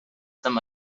some